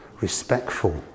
respectful